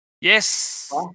Yes